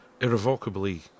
irrevocably